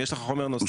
האם יש לך חומר נוסף